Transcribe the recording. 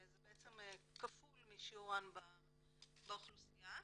זה כפול משיעורן באוכלוסייה.